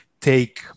take